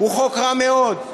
הוא חוק רע מאוד,